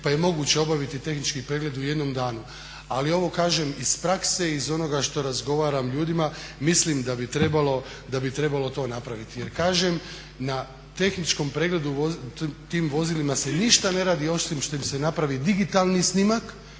pa je moguće obaviti tehnički pregled u jednom danu. Ali ovo kažem iz prakse, iz onoga što razgovaram s ljudima mislim da bi trebalo to napraviti. Jer kažem, na tehničkom pregledu tim vozilima se ništa ne radi osim što im se napravi digitalni snimak,